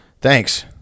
thanks